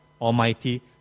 Almighty